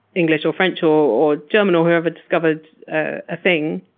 english, or french, or or german, or whoever discovered a thing,